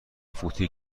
فوتی